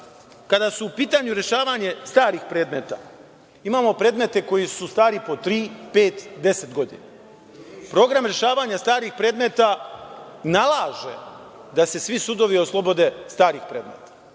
kada su u pitanju rešavanje starih predmeta, imamo predmete koji su stari po tri, pet, deset godina. Program rešavanja starih predmeta nalaže da se svi sudovi oslobode starih predmeta.